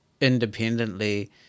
independently